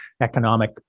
economic